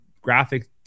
graphic